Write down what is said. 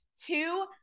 two